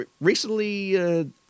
Recently